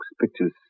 pictures